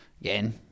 Again